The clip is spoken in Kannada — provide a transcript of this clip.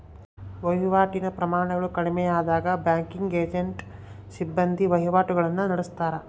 ವಹಿವಾಟಿನ ಪ್ರಮಾಣಗಳು ಕಡಿಮೆಯಾದಾಗ ಬ್ಯಾಂಕಿಂಗ್ ಏಜೆಂಟ್ನ ಸಿಬ್ಬಂದಿ ವಹಿವಾಟುಗುಳ್ನ ನಡತ್ತಾರ